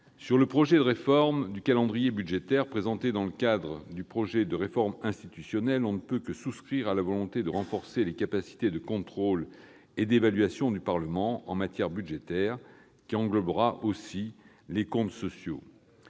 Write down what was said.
le projet de réforme du calendrier budgétaire présenté dans le cadre de projet de réforme institutionnelle, on ne peut que souscrire à la volonté de renforcer les capacités de contrôle et d'évaluation du Parlement en la matière, comptes sociaux